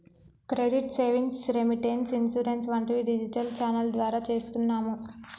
credit savings, remittance, insurance వంటివి digital channel ద్వారా చేస్తున్నాము